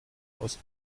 aus